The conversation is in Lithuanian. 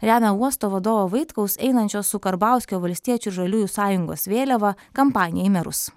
remia uosto vadovo vaitkaus einančio su karbauskio valstiečių ir žaliųjų sąjungos vėliava kampaniją į merus